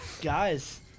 Guys